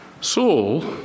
Saul